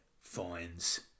finds